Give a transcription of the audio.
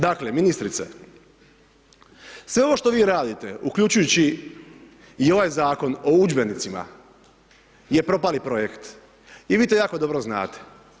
Dakle, ministrice sve ovo što vi radite uključujući i ovaj Zakon o udžbenicima je propali projekt i vi to jako dobro znate.